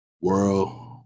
world